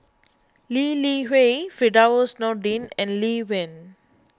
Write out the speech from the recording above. Lee Li Hui Firdaus Nordin and Lee Wen